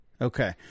Okay